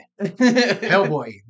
Hellboy